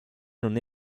non